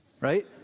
right